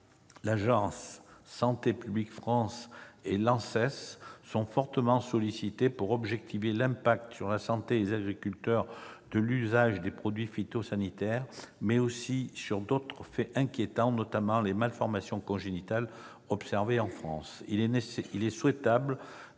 moyens sont consolidés. L'agence et l'ANSES sont fortement sollicitées pour objectiver l'impact sur la santé des agriculteurs de l'usage des produits phytosanitaires, mais aussi sur d'autres faits inquiétants, notamment les malformations congénitales observées dernièrement